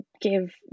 give